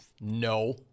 No